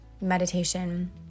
meditation